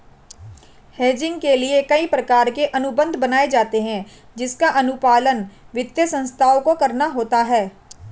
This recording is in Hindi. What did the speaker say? हेजिंग के लिए कई प्रकार के अनुबंध बनाए जाते हैं जिसका अनुपालन वित्तीय संस्थाओं को करना होता है